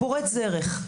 פורץ דרך.